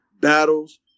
battles